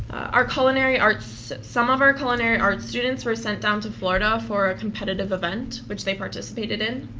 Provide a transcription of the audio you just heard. our culinary arts, some of our culinary arts students were sent down to florida for a competitive event, which they participated in.